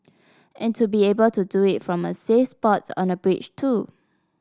and to be able to do it from a safe spot on a bridge too